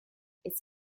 its